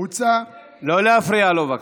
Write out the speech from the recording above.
לא להפריע לו, בבקשה.